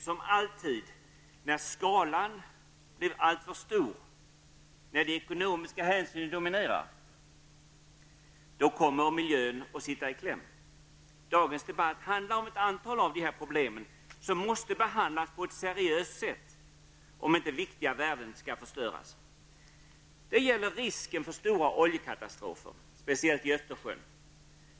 Som alltid när skalan blir alltför stor och när de ekonomiska hänsynen dominerar, kommer miljön att sitta i kläm. Dagens debatt handlar om ett antal av dessa problem, som måste behandlas på ett seriöst sätt om inte viktiga värden skall förstöras. Det gäller risken för stora oljekatastrofer, speciellt i Östersjön.